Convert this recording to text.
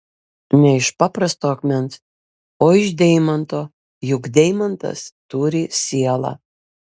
ne iš paprasto akmens o iš deimanto juk deimantas turi sielą